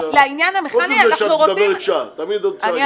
אנחנו מבקשים